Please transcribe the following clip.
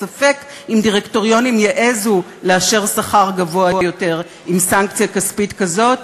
וספק אם דירקטוריונים יעזו לאשר שכר גבוה יותר עם סנקציה כספית כזאת,